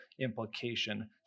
implication